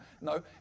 No